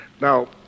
Now